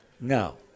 no